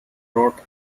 wrote